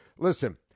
Listen